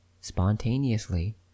spontaneously